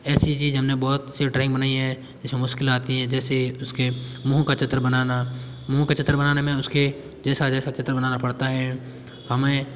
ऐसी चीज़ हमने बहुत सी ड्राॅइंग बनाई है इसमें मुश्किल आती है जैसे उसके मुँह का चित्र बनाना मुँह का चित्र बनाने में उसके जैसा जैसा चित्र बनाना पड़ता है हमें